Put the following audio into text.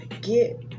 get